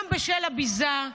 גם בשל הביזה,